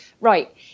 right